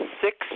six